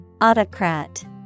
Autocrat